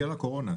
בגלל הקורונה.